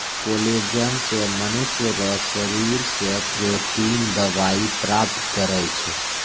collagen से मनुष्य रो शरीर से प्रोटिन दवाई प्राप्त करै छै